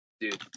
dude